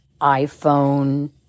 iPhone